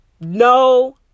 No